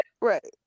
Right